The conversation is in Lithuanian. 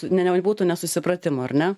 ne nebūtų nesusipratimų ar ne